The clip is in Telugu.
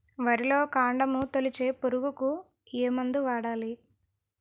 వరిలో కాండము తొలిచే పురుగుకు ఏ మందు వాడాలి?